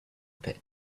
pit